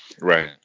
Right